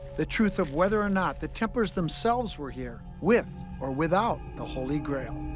the truth of whether or not the templars themselves were here with or without the holy grail.